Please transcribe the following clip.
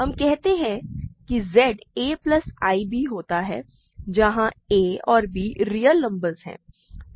हम कहते हैं कि z a प्लस ib होता है जहाँ a और b रियल नंबर्स हैं